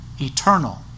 eternal